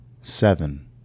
Seven